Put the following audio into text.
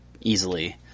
easily